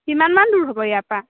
কিমান মান দূৰ হ'ব ইয়াৰ পৰা